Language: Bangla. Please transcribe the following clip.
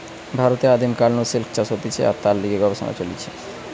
ভারতে আদিম কাল নু সিল্ক চাষ হতিছে আর তার লিগে গবেষণা চলিছে